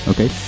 Okay